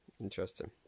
Interesting